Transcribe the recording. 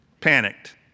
panicked